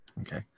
Okay